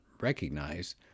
recognize